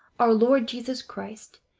our lord jesus christ,